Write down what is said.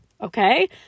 Okay